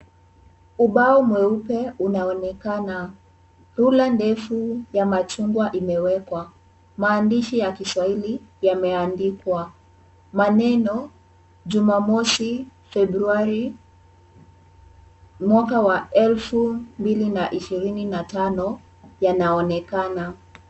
Ubao mweupe unaonekana. Rula ndefu ya machungwa imewekwa. Maandishi ya kiswahili yameandikwa. Maneno Jumamosi Februari mwaka wa 2025 yanaonekana.